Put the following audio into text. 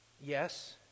Yes